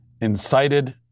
Incited